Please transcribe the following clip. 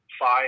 five